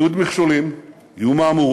יהיו עוד מכשולים, יהיו מהמורות,